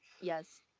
yes